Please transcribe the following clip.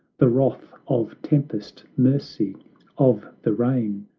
the wrath of tempest, mercy of the rain,